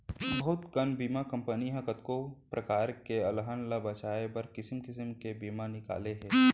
बहुत कन बीमा कंपनी ह कतको परकार के अलहन ल बचाए बर किसिम किसिम के बीमा निकाले हे